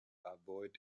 avoid